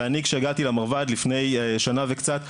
ואני כשהגעתי למרב"ד לפני שנה וקצת,